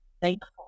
thankful